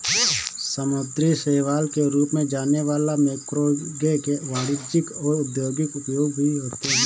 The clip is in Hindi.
समुद्री शैवाल के रूप में जाने वाला मैक्रोएल्गे के वाणिज्यिक और औद्योगिक उपयोग भी होते हैं